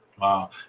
Wow